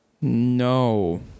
No